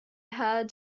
heard